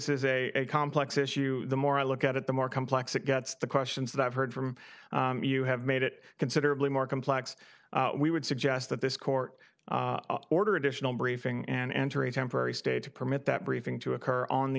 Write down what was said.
is a complex issue the more i look at it the more complex it gets the questions that i've heard from you have made it considerably more complex we would suggest that this court order additional briefing and enter a temporary state to permit that briefing to occur on the